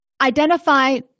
Identify